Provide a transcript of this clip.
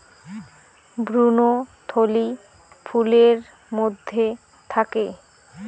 ভ্রূণথলি ফুলের মধ্যে থাকে